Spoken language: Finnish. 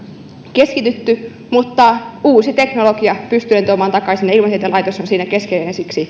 keskitetty uusi teknologia pystyy ne tuomaan takaisin ja ilmatieteen laitos on siinä keskeinen ja siksi